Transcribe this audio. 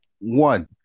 one